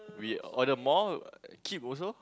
we order more cheap also